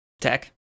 tech